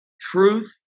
Truth